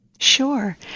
Sure